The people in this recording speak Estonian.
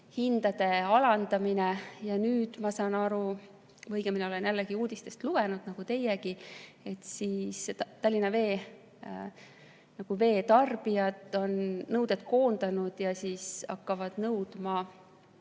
hindade alandamine. Ja nüüd ma saan aru, õigemini olen uudistest lugenud nagu teiegi, et Tallinna Vee veetarbijad on nõuded koondanud ja hakkavad nõudma